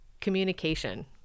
communication